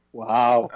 wow